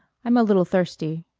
i'm a little thirsty.